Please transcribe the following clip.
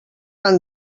han